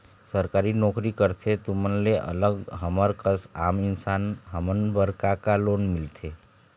सरकारी नोकरी करथे तुमन ले अलग हमर कस आम इंसान हमन बर का का लोन मिलथे?